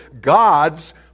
God's